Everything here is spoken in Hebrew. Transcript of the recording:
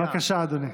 בבקשה, אדוני.